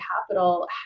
capital